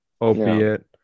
opiate